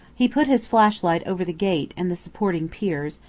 he put his flashlight over the gate and the supporting piers,